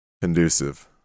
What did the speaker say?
conducive